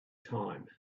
time